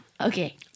Okay